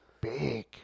big